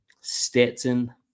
Stetson